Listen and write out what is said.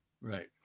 Right